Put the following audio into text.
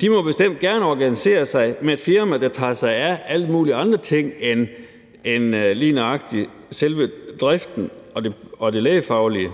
De må bestemt gerne organisere sig med et firma, der tager sig af alle mulige andre ting end lige nøjagtig selve driften og det lægefaglige.